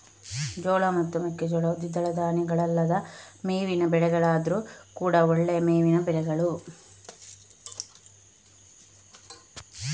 ಜೋಳ ಮತ್ತು ಮೆಕ್ಕೆಜೋಳವು ದ್ವಿದಳ ಧಾನ್ಯಗಳಲ್ಲದ ಮೇವಿನ ಬೆಳೆಗಳಾದ್ರೂ ಕೂಡಾ ಒಳ್ಳೆಯ ಮೇವಿನ ಬೆಳೆಗಳು